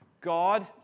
God